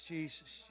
Jesus